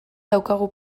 daukagu